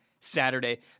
Saturday